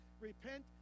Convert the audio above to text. Repent